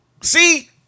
See